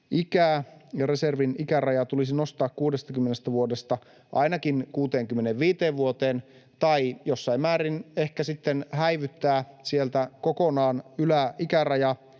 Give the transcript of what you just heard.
ja reservin ikäraja tulisi nostaa 60 vuodesta ainakin 65 vuoteen tai jossain määrin ehkä sitten häivyttää sieltä kokonaan yläikäraja